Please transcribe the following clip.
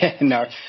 No